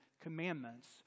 Commandments